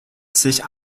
sich